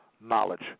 knowledge